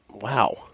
Wow